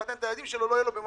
יהיה?